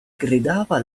gridava